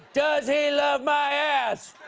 does he love my ass!